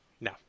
No